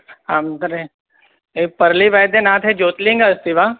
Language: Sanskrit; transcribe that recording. आं तर्हि ए पर्लिवैद्यनाथे ज्योतिर्लिङ्गम् अस्ति वा